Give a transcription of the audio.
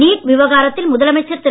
NEET விவகாரத்தில் முதலமைச்சர் திரு